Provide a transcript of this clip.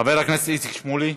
חבר הכנסת איציק שמולי,